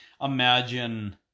imagine